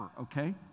okay